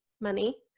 money